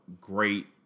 Great